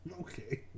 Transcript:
Okay